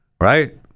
right